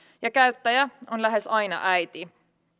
ja käyttäjä on lähes aina äiti